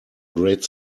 great